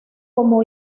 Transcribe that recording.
como